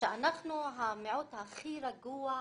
שאנחנו המיעוט הכי רגוע בעולם,